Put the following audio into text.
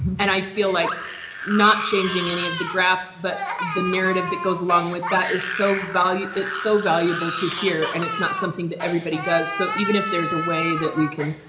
and i feel like not changing any of the graphs, but the narrative that goes along with that is so valued it's so valuable to hear an and it's not something that everybody does. so even if there's a way that we can,